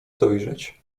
dojrzeć